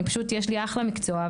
יש לי אחלה מקצוע,